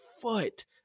foot